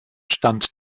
stand